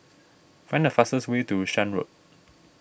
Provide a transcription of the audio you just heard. find the fastest way to Shan Road